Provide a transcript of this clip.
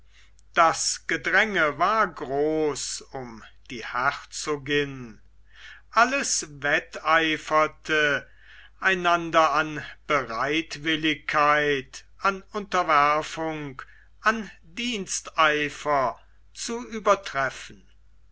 das gedränge war groß um die herzogin alles wetteiferte einander an bereitwilligkeit an unterwerfung an diensteifer zu übertreffen